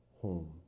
home